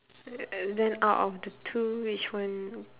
uh then out of the two which one